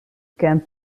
kent